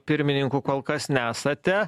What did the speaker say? pirmininku kol kas nesate